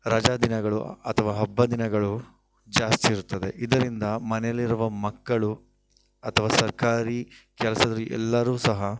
ರಜಾ ದಿನಗಳು ಅಥವಾ ಹಬ್ಬ ದಿನಗಳು ಜಾಸ್ತಿ ಇರುತ್ತದೆ ಇದರಿಂದ ಮನೆಯಲ್ಲಿರುವ ಮಕ್ಕಳು ಅಥವಾ ಸರ್ಕಾರಿ ಕೆಲಸದಲ್ಲಿ ಎಲ್ಲರು ಸಹ